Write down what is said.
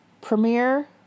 premiere